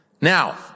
Now